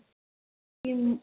किम्